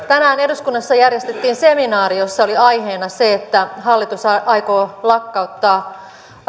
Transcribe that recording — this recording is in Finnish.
tänään eduskunnassa järjestettiin seminaari jossa oli aiheena se että hallitus aikoo lakkauttaa